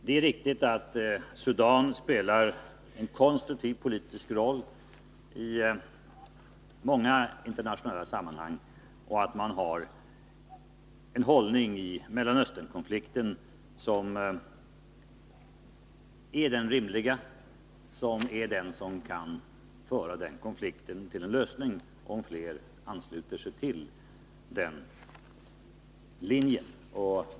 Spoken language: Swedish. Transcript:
Det är riktigt att Sudan spelar en konstruktiv politisk roll i många internationella sammanhang och i Mellanösternkonflikten intar en hållning som såvitt gäller stödet för en förhandlingslösning är den rimliga och den som kan föra denna konflikt till en lösning om fler ansluter sig till den linjen.